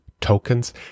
tokens